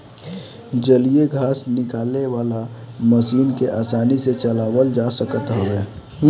जलीय घास निकाले वाला मशीन के आसानी से चलावल जा सकत हवे